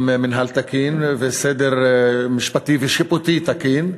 מינהל תקין וסדר משפטי ושיפוטי תקין,